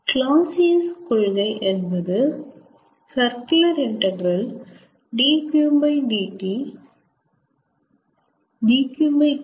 Clausius கொள்கை என்பது ∮ 𝛿𝑄𝑇 ≤ 0 ஆகும்